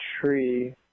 tree